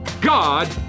God